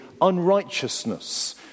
unrighteousness